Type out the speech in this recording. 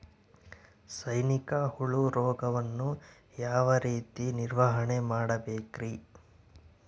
ಸೈನಿಕ ಹುಳು ರೋಗವನ್ನು ಯಾವ ರೇತಿ ನಿರ್ವಹಣೆ ಮಾಡಬೇಕ್ರಿ?